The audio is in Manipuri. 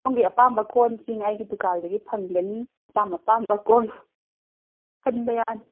ꯁꯣꯝꯒꯤ ꯑꯄꯥꯝꯕ ꯀꯣꯟꯁꯤꯡ ꯑꯩꯒꯤ ꯗꯨꯀꯥꯜꯗꯒꯤ ꯐꯪꯒꯅꯤ ꯑꯄꯥꯝ ꯑꯄꯥꯝꯕ ꯀꯣꯟ ꯈꯟꯕ ꯌꯥꯅꯤ